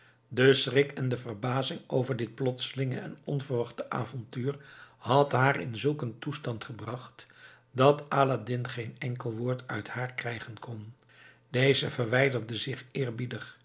de schrik en de verbazing over dit plotselinge en onverwachte avontuur had haar in zulk een toestand gebracht dat aladdin geen enkel woord uit haar krijgen kon deze verwijderde zich